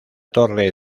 torre